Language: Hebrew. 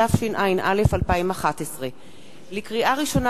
התשע”א 2011. לקריאה ראשונה,